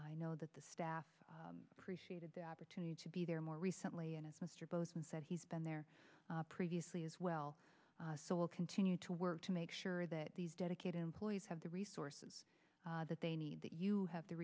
i know that the staff appreciated the opportunity to be there more recently and as mr both and said he's been there previously as well so we'll continue to work to make sure that these dedicated employees have the resources that they need that you have the